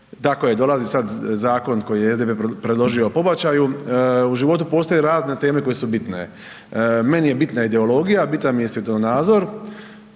tako je dolazi sada zakon koji je SDP-e predložio o pobačaju. U životu postoje razne teme koje su bitne. Meni je bitna ideologija, bitan mi je svjetonadzor.